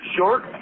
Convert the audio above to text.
Short